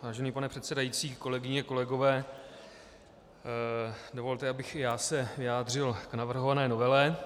Vážený pane předsedající, kolegyně, kolegové, dovolte, abych i já se vyjádřil k navrhované novele.